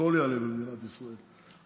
הכול יעלה במדינת ישראל,